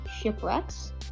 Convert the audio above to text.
shipwrecks